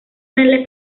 nelle